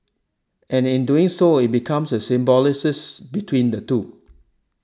and in so doing it becomes a symbiosis between the two